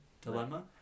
dilemma